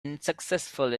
unsuccessful